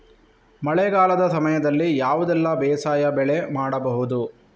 ಮಳೆಗಾಲದ ಸಮಯದಲ್ಲಿ ಯಾವುದೆಲ್ಲ ಬೇಸಾಯ ಬೆಳೆ ಮಾಡಬಹುದು?